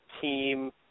team